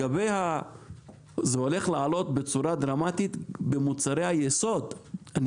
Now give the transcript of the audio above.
עכשיו זה הולך לעלות בצורה דרמטית במוצרי היסוד,